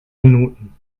minuten